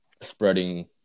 spreading